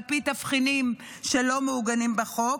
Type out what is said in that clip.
לפי תבחינים שלא מעוגנים בחוק,